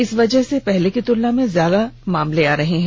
इस वजह से पहले की तुलना में ज्यादा मामले आ रहे हैं